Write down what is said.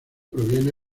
proviene